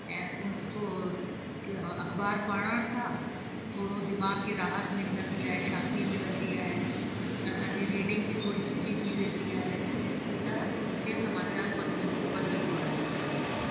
ऐं उन सो क अख़बारु पढ़ण सां थोरो दिमाग़ खे राहत मिलंदी आहे शांती मिलंदी आहे असांजी रीडिंग बि थोरी सुठी थी वेंदी आहे त मूंखे समाचार पत्र ई वधीक वणंदो आहे